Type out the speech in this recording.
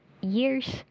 years